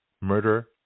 murder